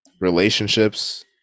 relationships